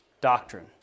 doctrine